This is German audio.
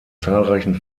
zahlreichen